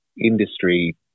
industry